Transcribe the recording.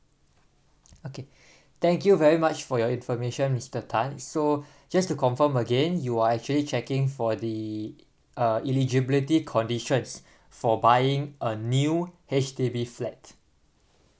okay thank you very much for your information mister tan so just to confirm again you are actually checking for the uh eligibility conditions for buying a new H_D_B flat